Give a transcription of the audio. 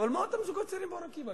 אבל מה עם הזוגות הצעירים באור-עקיבא,